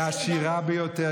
והיא העשירה ביותר,